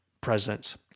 presidents